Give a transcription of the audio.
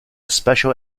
special